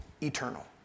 eternal